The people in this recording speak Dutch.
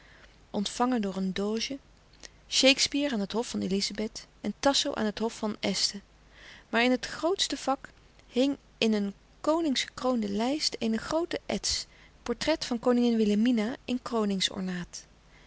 ontvangen door een doge shakespeare aan het hof van elizabeth en tasso aan het hof van este maar in het grootste vak hing in een koningsgekroonde lijst eene groote ets portret van koningin wilhelmina in